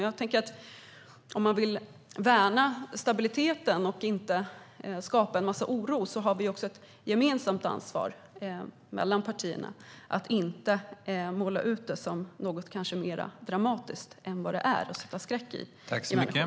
Jag tänker att om man vill värna stabiliteten och inte skapa en massa oro har vi ett gemensamt ansvar mellan partierna att inte utmåla det som något mer dramatiskt än vad det är och därmed sätta skräck i människor.